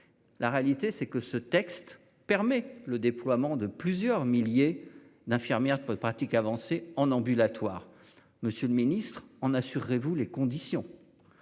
La réalité c'est que ce texte permet le déploiement de plusieurs milliers d'infirmières de pratique avancée en ambulatoire. Monsieur le Ministre en assurez-vous les conditions.